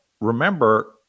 Remember